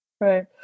Right